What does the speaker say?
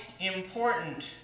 important